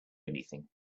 anything